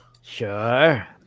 Sure